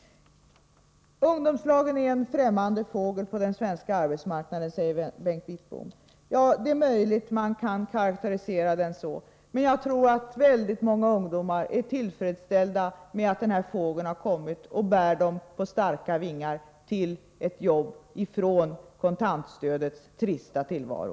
Ungdomslagen är en främmande fågel på den svenska arbetsmarknaden, säger Bengt Wittbom. Det är möjligt att man kan karakterisera den så, men jag tror att väldigt många ungdomar är tillfredsställda med att den fågeln kommit och bär ungdomarna på starka vingar till ett jobb — ifrån kontantstödets trista tillvaro.